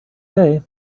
day